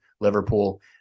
Liverpool